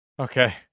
Okay